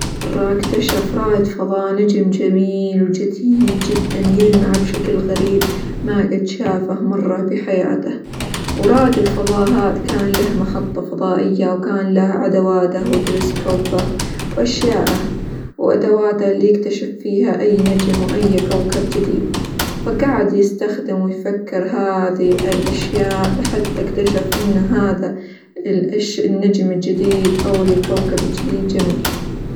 مرة اكتشف رائد فظاء نجم جميل، وجديد جدًا يلمع بشكل غريب ما قد شافه مرة بحياته، ورائد الفظاء هذا كان له محطة فظائية، وكان له أدواته، وتلسكوبه، وأشياءه، وأدواته اللي يكتشف فيها أي نجم، وأي كوكب جديد، فقعد يستخدم ويفكر هذه الأشياء لحتى اكتشف إن هذا -الاش- النجم الجديد أو الكوكب الجديد جميل.